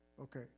Okay